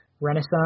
renaissance